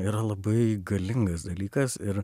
yra labai galingas dalykas ir